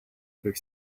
other